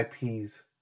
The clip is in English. IPs